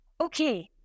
Okay